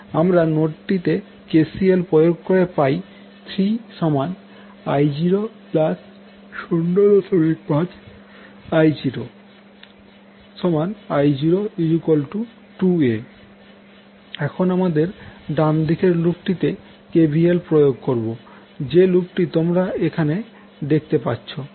আমরা নোডটিতে KCL প্রয়োগ করে পাই 3I005I0I02A এখন আমাদের ডান দিকের লুপটিতে KVL প্রয়োগ করবো যে লুপটি তোমরা এখানে দেখতে পাচ্ছো